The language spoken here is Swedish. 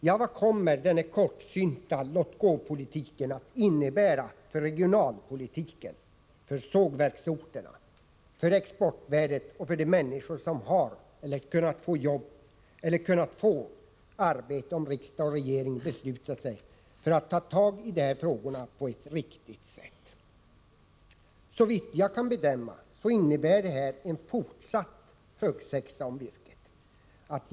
Ja, vad kommer den här kortsynta låt-gå-politiken att innebära för regionalpolitiken, för sågverksorterna, för exportvärdet och för de människor som har eller hade kunnat få arbete om riksdag och regering beslutat sig för att ta tag i frågorna på ett riktigt sätt? Såvitt jag kan bedöma innebär det här en fortsatt huggsexa om virket.